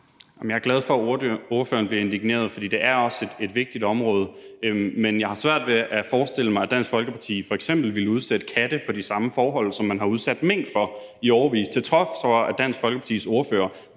Jeg er glad for, at ordføreren bliver indigneret, for det er også et vigtigt område, men jeg har svært ved at forestille mig, at Dansk Folkeparti f.eks. ville udsætte katte for de samme forhold, som man har udsat mink for i årevis, til trods for